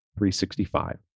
365